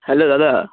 hello দাদা